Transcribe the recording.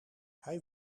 hij